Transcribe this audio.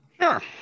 Sure